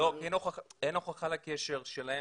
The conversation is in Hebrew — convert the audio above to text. לא, כי אין הוכחה לקשר שלהם.